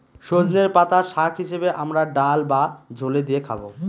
সজনের পাতা শাক হিসেবে আমরা ডাল বা ঝোলে দিয়ে খাবো